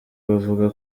bavuga